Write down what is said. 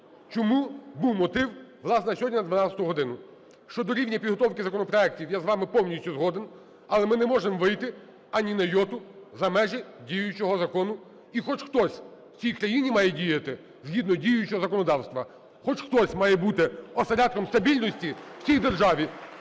чому був мотив, власне, сьогодні на 12 годину. Щодо рівня підготовки законопроектів, я з вами повністю згоден, але ми не можемо вийти ані на йоту за межі діючого закону. І хоч хтось в цій країні має діяти згідно діючого законодавства. Хоч хтось має бути осередком стабільності в цій державі.